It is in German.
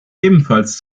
ebenfalls